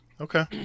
Okay